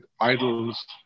idols